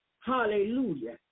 Hallelujah